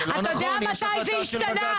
אתה יודע מתי זה השתנה?